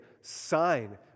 sign